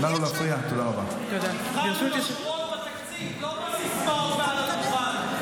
המבחן הוא, בתקציב, לא בסיסמאות מעל הדוכן.